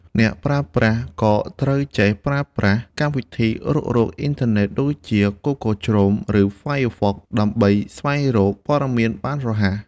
អ្នកប្រើប្រាស់ក៏ត្រូវចេះប្រើប្រាស់កម្មវិធីរុករកអ៊ីនធឺណិតដូចជា Google Chrome ឬ Firefox ដើម្បីស្វែងរកព័ត៌មានបានរហ័ស។